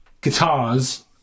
guitars